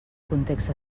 context